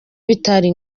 bitari